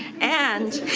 and